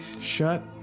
Shut